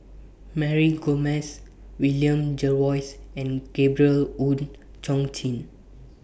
Mary Gomes William Jervois and Gabriel Oon Chong Jin